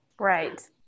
Right